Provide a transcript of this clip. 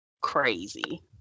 crazy